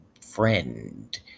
friend